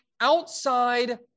outside